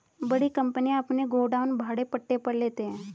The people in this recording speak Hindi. बड़ी कंपनियां अपने गोडाउन भाड़े पट्टे पर लेते हैं